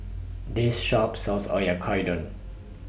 This Shop sells Oyakodon